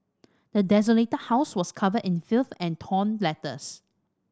the desolated that house was covered in filth and torn letters